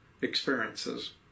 experiences